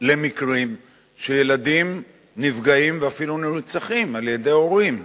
למקרים שילדים נפגעים ואפילו נרצחים על-ידי הורים.